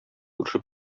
күрше